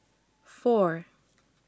four